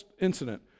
incident